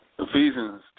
Ephesians